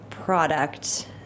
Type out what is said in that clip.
product